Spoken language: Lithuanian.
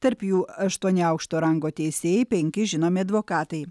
tarp jų aštuoni aukšto rango teisėjai penki žinomi advokatai